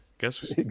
guess